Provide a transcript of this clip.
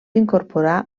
incorporar